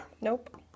Nope